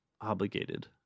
obligated